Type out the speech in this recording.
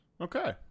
okay